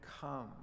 come